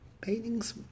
paintings